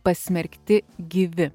pasmerkti gyvi